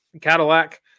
Cadillac